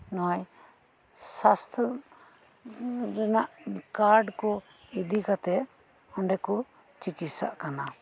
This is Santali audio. ᱱᱚᱜ ᱚᱭ ᱥᱟᱥᱛᱷᱚ ᱨᱮᱱᱟᱜ ᱠᱟᱨᱰ ᱠᱚ ᱤᱫᱤ ᱠᱟᱛᱮᱫ ᱚᱸᱰᱮ ᱠᱚ ᱪᱤᱠᱤᱥᱥᱟᱜ ᱠᱟᱱᱟ